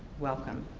welcome,